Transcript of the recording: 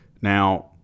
now